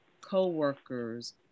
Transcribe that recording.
co-workers